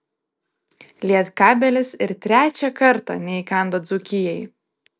lietkabelis ir trečią kartą neįkando dzūkijai